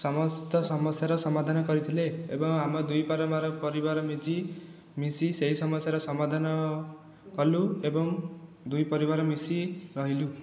ସମସ୍ତ ସମସ୍ୟାର ସମାଧାନ କରିଥିଲେ ଏବଂ ଆମ ଦୁଇ ପରିବାର ମିଜି ମିଶି ସେହି ସମସ୍ୟାର ସମାଧାନ କଲୁ ଏବଂ ଦୁଇ ପରିବାର ମିଶି ରହିଲୁ